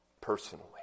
personally